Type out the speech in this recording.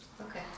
Okay